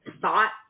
thought